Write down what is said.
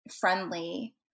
friendly